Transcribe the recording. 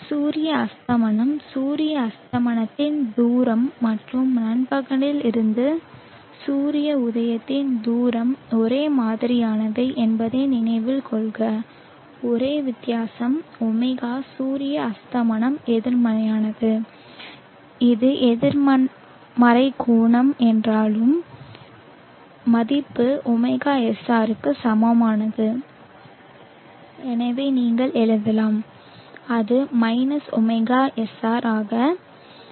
சூரிய அஸ்தமனம் சூரிய அஸ்தமனத்தின் தூரம் மற்றும் நண்பகலில் இருந்து சூரிய உதயத்தின் தூரம் ஒரே மாதிரியானவை என்பதை நினைவில் கொள்க ஒரே வித்தியாசம் ஒமேகா சூரிய அஸ்தமனம் எதிர்மறையானது இது எதிர்மறை கோணம் என்றாலும் மதிப்பு ωSR க்கு சமமானது எனவே நீங்கள் எழுதலாம் அது ωSR ஆக